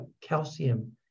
calcium